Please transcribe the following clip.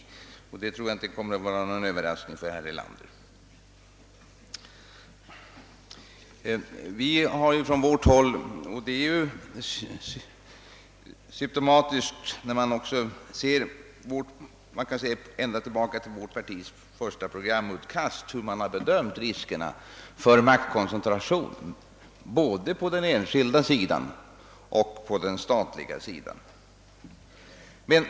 Den upplysningen tror jag inte kommer som någon överraskning för herr Erlander. Det är symtomatiskt hur vi från vårt håll — det framgår redan av vårt första partiprogramutkast — alltid har påtalat riskerna för maktkoncentration både på den enskilda och den statliga sidan.